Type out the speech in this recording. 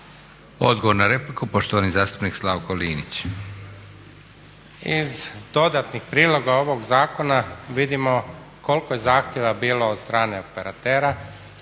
Odgovor na repliku poštovani zastupnik Slavko Linić. **Linić, Slavko (Nezavisni)** Iz dodatnih priloga ovoga zakona vidimo koliko je zahtjeva bilo od strane operatera,